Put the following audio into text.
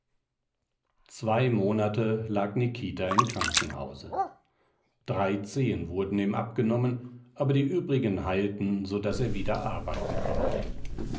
zwei monate lag nikita im krankenhause drei zehen wurden ihm abgenommen aber die übrigen heilten so daß er wieder arbeiten konnte